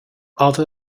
other